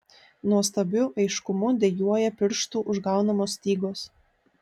nuostabiu aiškumu dejuoja pirštų užgaunamos stygos